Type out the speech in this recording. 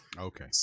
Okay